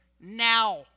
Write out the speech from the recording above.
now